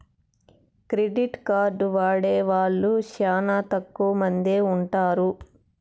credit card వాడే వాళ్ళు శ్యానా తక్కువ మందే ఉంటారు